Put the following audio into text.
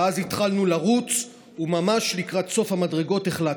ואז התחלנו לרוץ, וממש לקראת סוף המדרגות החלקתי.